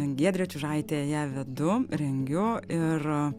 giedrė čiužaitė ją vedu rengiu ir